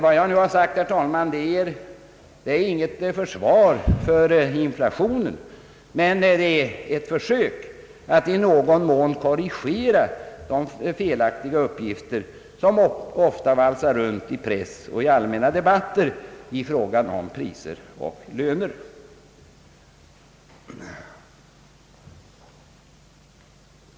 Vad jag nu har sagt, herr talman, är inget försvar för inflationen utan ett försök att i någon mån korrigera de felaktiga uppgifter i fråga om priser och löner som ofta valsat runt i allmänna debatter.